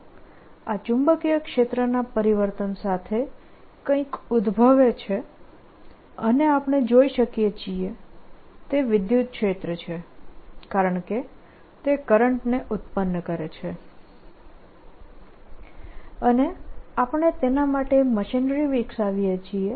તો આ ચુંબકીય ક્ષેત્રના પરિવર્તન સાથે કંઈક ઉદભવે છે અને આપણે જોઈ શકીએ છીએ તે વિદ્યુત ક્ષેત્ર છે કારણકે તે કરંટને ઉત્પન્ન કરે છે અને આપણે તેના માટે મશીનરી વિકસાવીએ છીએ